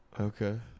Okay